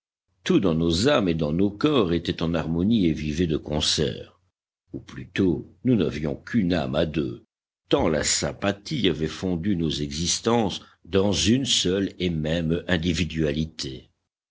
tout dans nos âmes et dans nos corps était en harmonie et vivait de concert ou plutôt nous n'avions qu'une âme à deux tant la sympathie avait fondu nos existences dans une seule et même individualité